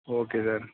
okay sir